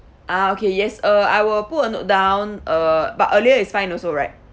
ah okay yes uh I will put a note down uh but earlier is fine also right